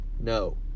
No